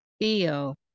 feel